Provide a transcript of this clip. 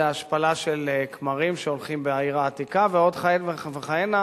זה ההשפלה של כמרים שהולכים בעיר העתיקה ועוד כהנה וכהנה,